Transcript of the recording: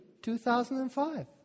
2005